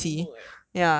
copy homework eh